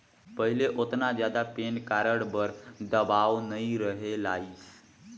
पहिले ओतना जादा पेन कारड बर दबाओ नइ रहें लाइस